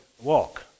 walk